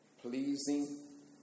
pleasing